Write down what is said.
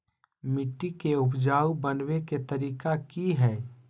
मिट्टी के उपजाऊ बनबे के तरिका की हेय?